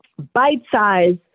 bite-sized